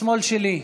השמאל שלי.